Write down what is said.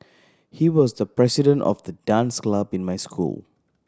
he was the president of the dance club in my school